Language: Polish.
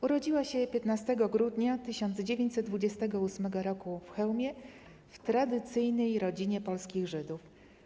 Urodziła się 15 grudnia 1928 r. w Chełmie, w tradycyjnej rodzinie polskich Żydów.